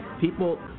people